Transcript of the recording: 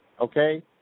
Okay